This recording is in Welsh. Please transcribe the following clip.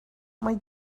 mae